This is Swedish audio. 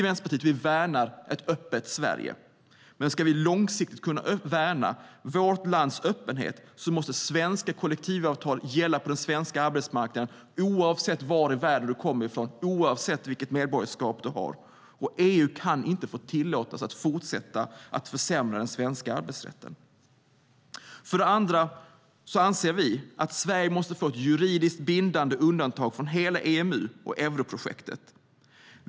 Vänsterpartiet värnar ett öppet Sverige, men ska vi långsiktigt kunna värna vårt lands öppenhet måste svenska kollektivavtal gälla för alla på den svenska arbetsmarknaden oavsett var i världen man kommer från och vilket medborgarskap man har. EU kan inte tillåtas att fortsätta försämra den svenska arbetsrätten. För det andra måste Sverige få ett juridiskt bindande undantag från hela EMU och europrojektet.